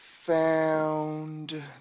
Found